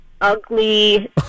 ugly